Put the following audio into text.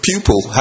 pupil